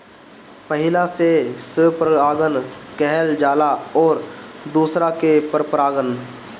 पहिला से स्वपरागण कहल जाला अउरी दुसरका के परपरागण